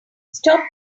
stop